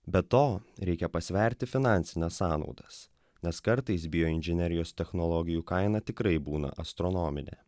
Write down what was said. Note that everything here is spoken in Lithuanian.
be to reikia pasverti finansines sąnaudas nes kartais bijo inžinerijos technologijų kaina tikrai būna astronominę